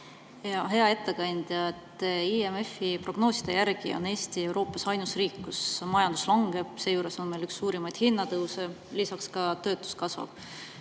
Hea ettekandja! IMF-i prognooside järgi on Eesti Euroopas ainus riik, kus majandus langeb. Seejuures on meil üks suurimaid hinnatõuse, lisaks töötus kasvab.